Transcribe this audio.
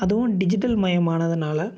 அதுவும் டிஜிட்டல்மயமானதுனால்